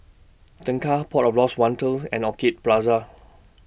Tengah Port of Lost Wonder and Orchid Plaza